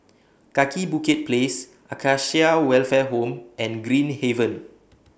Kaki Bukit Place Acacia Welfare Home and Green Haven